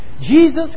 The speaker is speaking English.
Jesus